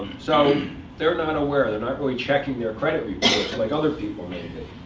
so they're not and aware. they're not really checking their credit reports, like other people may